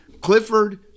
Clifford